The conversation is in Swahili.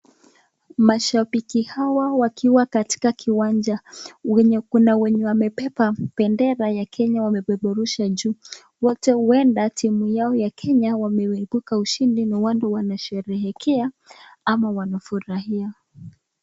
Mashabiki hawa wakiwa katika kiwanja, kuna wenye wamebeba bendera ya Kenya wamepeperusha juu. Wote huenda timu yao ya Kenya wameibuka ushindi na watu wanasherehekea ama wanafurahia.